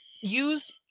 Use